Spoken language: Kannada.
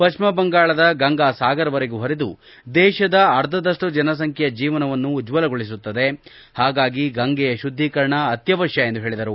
ಪಶ್ಚಿಮ ಬಂಗಾಳದ ಗಂಗಾ ಸಾಗರ್ವರೆಗೂ ಹರಿದು ದೇಶದ ಅರ್ಧದಷ್ಟು ಜನಸಂಖ್ಯೆಯ ಜೀವನವನ್ನು ಉಜ್ವಲಗೊಳಿಸುತ್ತದೆ ಹಾಗಾಗಿ ಗಂಗೆಯ ಶುದ್ದೀಕರಣ ಅತ್ವವಶ್ವ ಎಂದು ಹೇಳಿದರು